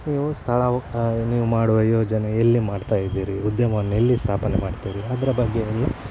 ನೀವು ಸ್ಥಳ ನೀವು ಮಾಡುವ ಯೋಜನೆ ಎಲ್ಲಿ ಮಾಡ್ತಾ ಇದ್ದೀರಿ ಉದ್ಯಮವನ್ನೆಲ್ಲಿ ಸ್ಥಾಪನೆ ಮಾಡ್ತೀರಿ ಅದರ ಬಗ್ಗೆ ಎಲ್ಲ